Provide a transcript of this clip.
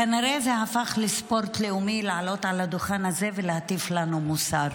כנראה זה הפך לספורט לאומי לעלות על הדוכן הזה ולהטיף לנו מוסר.